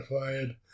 fired